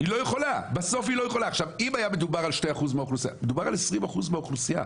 מדובר על 20% מהאוכלוסייה.